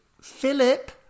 Philip